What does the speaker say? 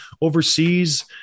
overseas